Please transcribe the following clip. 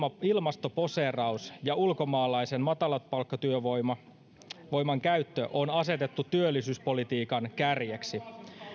ilmastoposeeraus ja ulkomaalaisen matalapalkkatyövoiman käyttö on asetettu työllisyyspolitiikan kärjeksi